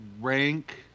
rank